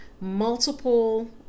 multiple